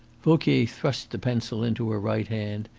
vauquier thrust the pencil into her right hand,